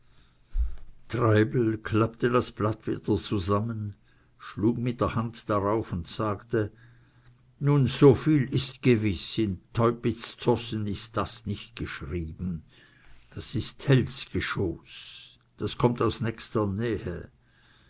treibel klappte das blatt wieder zusammen schlug mit der hand darauf und sagte nun soviel ist gewiß in teupitz zossen ist das nicht geschrieben das ist tells geschoß das kommt aus nächster nähe